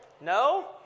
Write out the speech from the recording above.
No